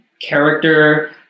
character